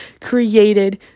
created